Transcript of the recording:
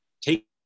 take